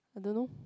I don't know